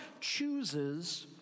chooses